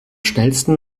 schnellsten